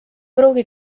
pruugi